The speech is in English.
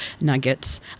nuggets